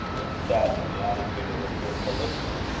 and sat in the attitude of a fearful listener.